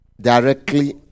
directly